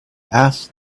ask